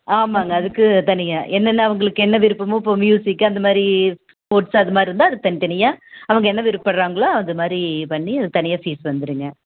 ஆமாங்க அதுக்கு தனியாக என்னென்ன அவங்களுக்கு என்ன விருப்பமோ இப்போது மியூசிக்கு அந்தமாதிரி ஸ்போர்ட்ஸ் அதுமாதிரி இருந்தால் அதுக்குத் தனித் தனியாக அவங்க என்ன விருப்படறாங்களோ அதுமாதிரி பண்ணி தனியாக ஃபீஸ் வந்துடுங்க